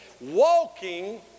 walking